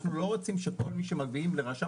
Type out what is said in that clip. אנחנו לא רוצים שכל מי שמביאים לרשם